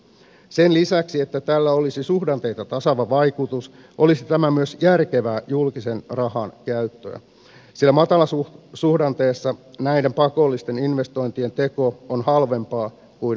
sen lisäksi että tällä olisi suhdanteita tasaava vaikutus olisi tämä myös järkevää julkisen rahan käyttöä sillä matalasuhdanteessa näiden pakollisten investointien teko on halvempaa kuin korkeasuhdanteessa